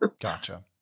Gotcha